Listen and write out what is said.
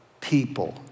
people